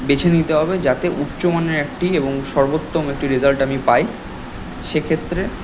বেছে নিতে হবে যাতে উচ্চমানের একটি এবং সর্বোত্তম একটি রেজাল্ট আমি পাই সে ক্ষেত্রে